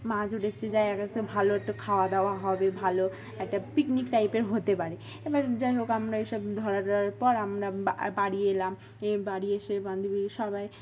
মাছ উঠেছে যাই একাছে ভালো একটা খাওয়া দাওয়া হবে ভালো একটা পিকনিক টাইপের হতে পারে এবার যাই হোক আমরা এইসব ধরা ধরার পর আমরা বাড়ি এলাম এই বাড়ি এসে বান্ধবী সবাই